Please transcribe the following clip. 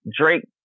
Drake